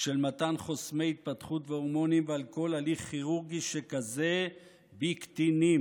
של מתן חוסמי התפתחות והורמונים וכל הליך כירורגי שכזה בקטינים.